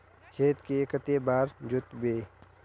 खेत के कते बार जोतबे?